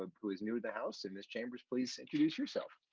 ah police knew the house and this chambers police accuse yourself.